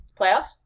playoffs